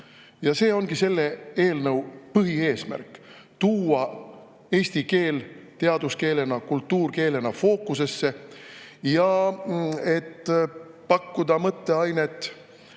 See ongi selle eelnõu põhieesmärk: tuua eesti keel teaduskeelena, kultuurkeelena fookusesse. Ning et pakkuda mõtteainet